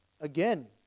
again